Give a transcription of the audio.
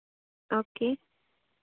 okay